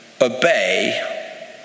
obey